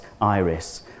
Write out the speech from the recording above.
Iris